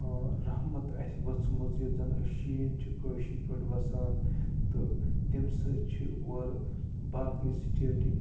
رحمت اَسہِ ؤژھمٕژ ییٚتہِ زن أسۍ شیٖن چھِ کٲشِر پٲٹھۍ وَسان تہٕ تَمہِ سۭتۍ چھِ اورٕ باقٕے سِٹیٹٕکۍ